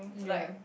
ya